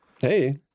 Hey